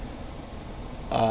uh